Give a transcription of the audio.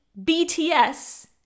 BTS